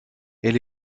elle